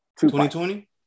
2020